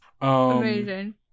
Amazing